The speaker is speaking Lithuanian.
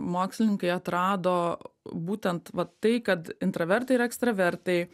mokslininkai atrado būtent vat tai kad intravertai ir ekstravertai